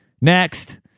Next